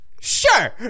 Sure